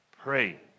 Pray